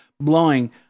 blowing